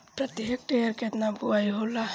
प्रति हेक्टेयर केतना बुआई होला?